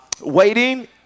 waiting